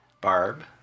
Barb